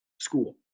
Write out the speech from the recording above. school